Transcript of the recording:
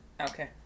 Okay